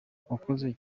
wakoze